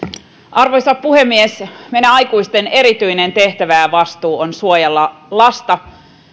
arvoisa puhemies meidän aikuisten erityinen tehtävä ja vastuu on suojella lasta